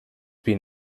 been